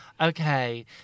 Okay